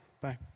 Bye